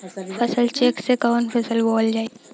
फसल चेकं से कवन फसल बोवल जाई?